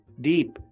deep